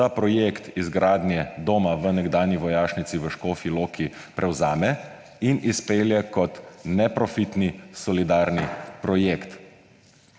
da projekt izgradnje doma v nekdanji vojašnici v Škofji Loki prevzame in izpelje kot neprofitni solidarni projekt,